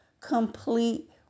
complete